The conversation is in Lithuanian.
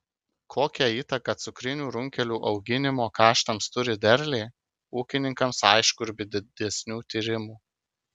kokią įtaką cukrinių runkelių auginimo kaštams turi derliai ūkininkams aišku ir be didesnių tyrimų